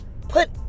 put